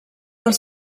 els